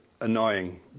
annoying